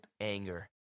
anger